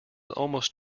almost